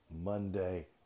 Monday